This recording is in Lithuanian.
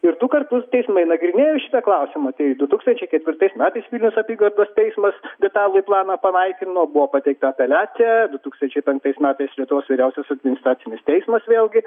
ir du kartus teismai nagrinėjo šitą klausimą tai du tūkstančiai ketvirtais metais vilniaus apygardos teismas detalųjį planą panaikino buvo pateikta apeliacija du tūkstančiai penktais metais lietuvos vyriausiasis administracinis teismas vėlgi